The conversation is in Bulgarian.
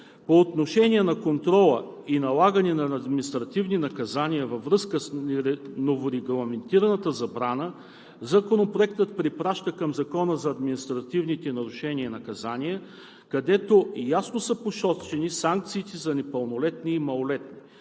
По отношение на контрола и налагането на административни наказания във връзка с новорегламентираната забрана Законопроектът препраща към Закона за административните нарушения и наказания, където ясно са посочени санкциите за непълнолетни и малолетни.